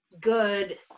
good